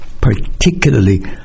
particularly